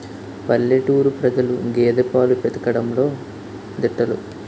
పల్లెటూరు ప్రజలు గేదె పాలు పితకడంలో దిట్టలు